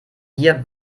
wir